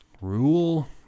Rule